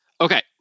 Okay